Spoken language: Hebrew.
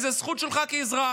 כי זו זכות שלך כאזרח.